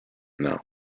know